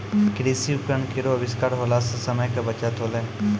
कृषि उपकरण केरो आविष्कार होला सें समय के बचत होलै